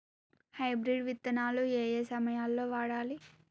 Hybrid విత్తనాలు ఏయే సమయాల్లో వాడాలి?